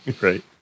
Right